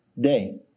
day